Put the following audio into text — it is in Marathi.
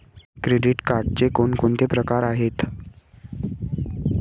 क्रेडिट कार्डचे कोणकोणते प्रकार आहेत?